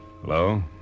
Hello